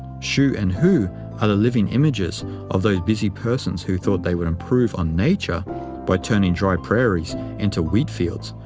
shu and hu are the living images of those busy persons who thought they would improve on nature by turning dry prairies into wheat fields,